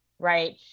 right